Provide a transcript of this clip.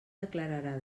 declararà